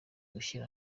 gushyira